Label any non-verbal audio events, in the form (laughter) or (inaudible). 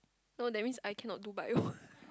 no that means I cannot do bio (laughs)